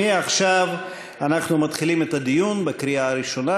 מעכשיו אנחנו מתחילים את הדיון לקראת קריאה ראשונה.